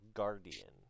guardian